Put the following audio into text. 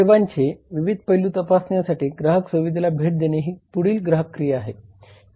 सेवांचे विविध पैलू तपासण्यासाठी ग्राहक सुविधेला भेट देणे ही पुढील ग्राहक क्रिया आहे